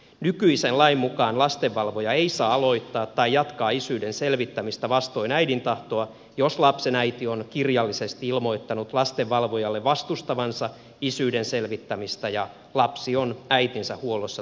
nykyisen lain mukaan lastenvalvoja ei saa aloittaa tai jatkaa isyyden selvittämistä vastoin äidin tahtoa jos lapsen äiti on kirjallisesti ilmoittanut lastenvalvojalle vastustavansa isyyden selvittämistä ja lapsi on äitinsä huollossa tai hoidettavana